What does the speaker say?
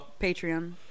patreon